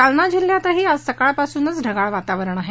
जालना जिल्ह्यातही आज सकाळपासून ढगाळ वातावरण आहे